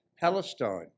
Palestine